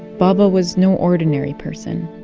baba was no ordinary person.